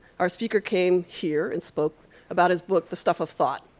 our speaker came here and spoke about his book the stuff of thought.